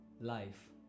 life